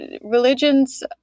religions